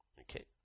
okay